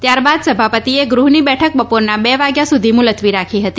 ત્યારબાદ સભાપતિએ ગૃહની બેઠક બપોરના બે વાગ્યા સુધી મુલત્વી રાખી હતી